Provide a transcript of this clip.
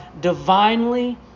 divinely